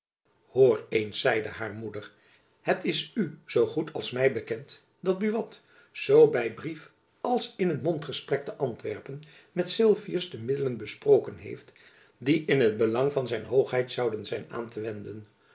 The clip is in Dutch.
eens zeide haar moeder het is u zoo goed als my bekend dat buat zoo by brief als in een mondgesprek te antwerpen met sylvius de jacob van lennep elizabeth musch middelen besproken heeft die in het belang van zijn hoogheid zouden zijn aan te wenden